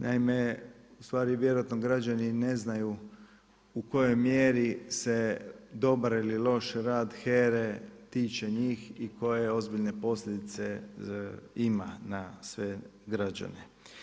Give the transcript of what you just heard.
Naime, ustvari vjerojatno građani i ne znaju u kojoj mjeri se dobar ili loš rad HERA-e tiče njih i koje ozbiljne posljedice ima na sve građane.